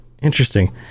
interesting